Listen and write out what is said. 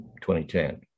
2010